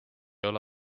ole